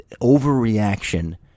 overreaction